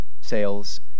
sales